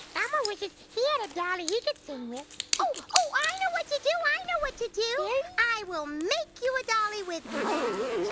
elmo wishes he had a dolly he could sing with. oh i know what to do, i know what to do. i will make you a dolly with magic.